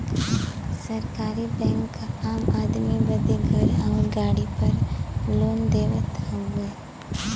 सरकारी बैंक आम आदमी बदे घर आउर गाड़ी पर लोन देवत हउवन